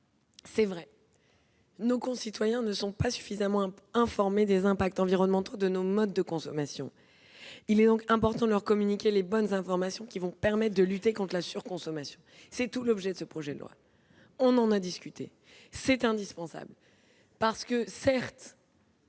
exact que nos concitoyens ne sont pas suffisamment informés des impacts environnementaux de nos modes de consommation. Il est donc important de leur communiquer les bonnes informations qui permettront de lutter contre la surconsommation. C'est tout l'objet de ce projet de loi, et c'est indispensable ! Aujourd'hui,